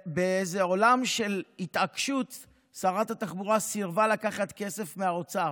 באיזה עולם של התעקשות שרת התחבורה סירבה לקחת כסף מהאוצר,